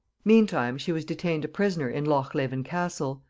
meantime she was detained a prisoner in loch leven castle,